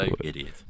idiot